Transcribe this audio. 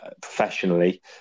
professionally